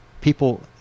people